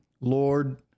Lord